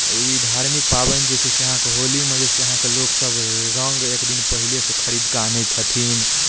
ई धार्मिक पाबनि जे छै से अहाँके होलीमे जे छै से अहाँके लोकसभ रङ्ग एक दिन पहिलेसँ खरीद कऽ आनै छथिन